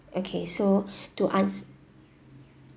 okay so to ans~